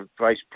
vice